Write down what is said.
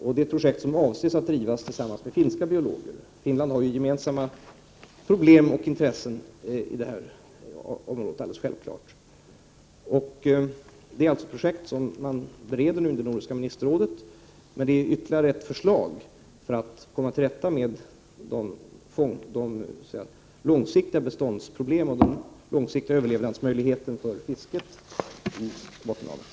Det är ett projekt som avses att drivas tillsammans med finska biologer; Finland har självfallet gemensamma problem och 95 intressen med Sverige på det här området. Det är ett projekt som man nu bereder i Nordiska ministerrådet, och det är ytterligare ett förslag att komma till rätta med de långsiktiga beståndsproblemen och de långsiktiga överlevnadsmöjligheterna för fisket i Bottenhavet.